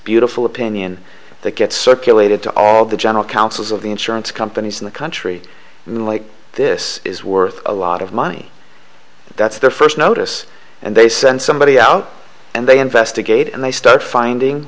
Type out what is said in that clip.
beautiful opinion that gets circulated to all the general counsels of the insurance companies in the country and like this is worth a lot of money that's their first notice and they send somebody out and they investigate and they start finding